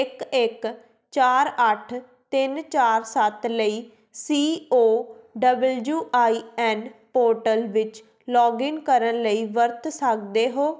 ਇੱਕ ਇੱਕ ਚਾਰ ਅੱਠ ਤਿੰਨ ਚਾਰ ਸੱਤ ਲਈ C O W I N portal ਵਿੱਚ ਲੌਗਇਨ ਕਰਨ ਲਈ ਵਰਤ ਸਕਦੇ ਹੋ